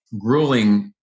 grueling